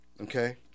Okay